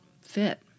fit